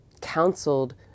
counseled